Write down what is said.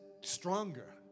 stronger